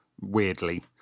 weirdly